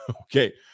Okay